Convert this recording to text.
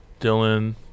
dylan